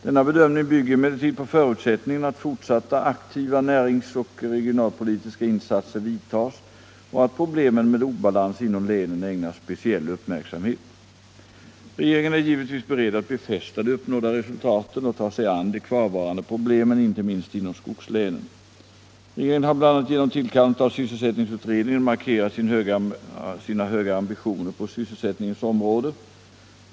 Denna bedömning bygger emellertid på förutsättningen att fortsatta aktiva närings och regionalpolitiska insatser vidtas och att problemen med obalans inom länen ägnas speciell uppmärksamhet. Regeringen är givetvis beredd att befästa de uppnådda resultaten och Nr 58 ta sig an de kvarvarande problemen inte minst inom skogslänen. Regeringen har bl.a. genom tillkallandet av sysselsättningsutredningen markerat sina höga ambitioner på sysselsättningens område.